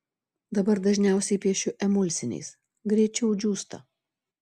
dabar dažniausiai piešiu emulsiniais greičiau džiūsta